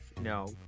no